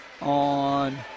on